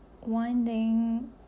winding